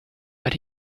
but